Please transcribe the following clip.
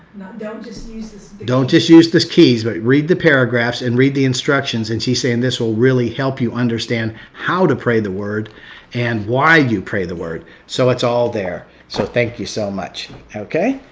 this don't just use this keys, but read the paragraphs and read the instructions. and she's saying this will really help you understand how to pray the word and why you pray the word. so it's all there. so thank you so much, okay?